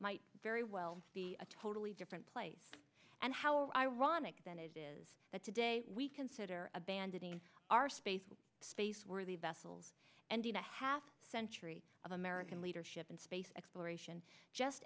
might very well be a totally different place and how ironic then it is that today we consider abandoning our space space worthy vessels and doing a half century of american leadership in space exploration just